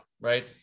right